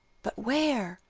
but where?